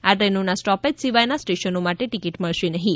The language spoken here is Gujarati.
આ દ્રેનોના સ્ટોપેજ સિવાયના સ્ટેશનો માટે ટિકિટ મળશે નહીં